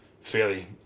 fairly